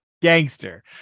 Gangster